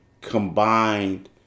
combined